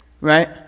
right